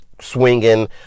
swinging